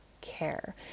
care